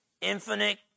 infinite